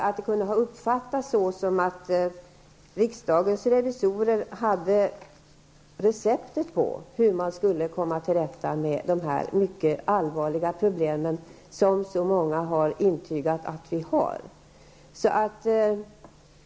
Det kan uppfattas så att riksdagens revisorer har receptet för hur man skall kunna komma till rätta med de mycket allvarliga problem som så många har intygat att vi har.